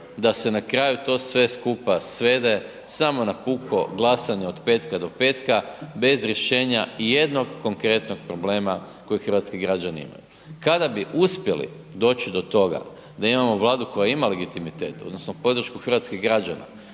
da se na kraju to sve skupa svede samo na puko glasanje od petka do petka bez rješenja i jednog konkretnog problema kojeg hrvatski građani imaju. Kada bi uspjeli doći do toga da imamo Vladu koja ima legitimitet, odnosno podršku hrvatskih građana